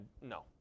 no